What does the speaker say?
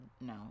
no